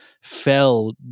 fell